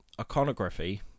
iconography